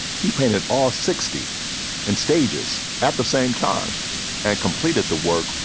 he painted all sixty in stages at the same time and completed the work.